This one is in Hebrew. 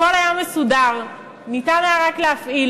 הכול היה מסודר, נשאר היה רק להפעיל.